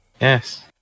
Yes